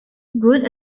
would